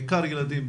בעיקר ילדים,